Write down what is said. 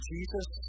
Jesus